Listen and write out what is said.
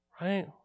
right